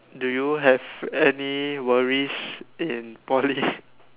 do you any worries in Poly